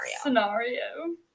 scenario